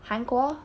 韩国